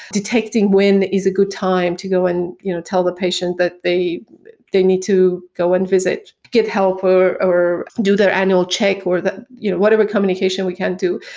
detecting when is a good time to go and you know tell the patient that they they need to go and visit, get help or or do their annual check or you know whatever communication we can do.